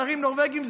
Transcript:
שרים נורבגים,